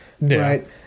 right